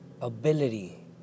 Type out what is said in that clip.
ability